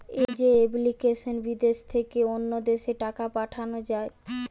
যে এপ্লিকেশনে বিদেশ থেকে অন্য দেশে টাকা পাঠান যায়